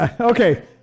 okay